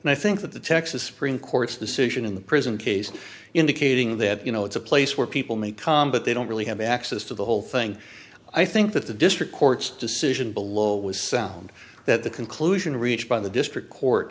and i think that the texas supreme court's decision in the prison case indicating that you know it's a place where people may come but they don't really have access to the whole thing i think that the district court's decision below was sound that the conclusion reached by the district court